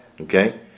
okay